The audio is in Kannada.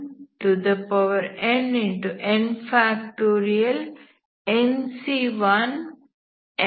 nC1nx1n 1n